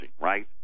right